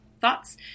thoughts